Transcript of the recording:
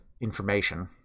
information